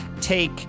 take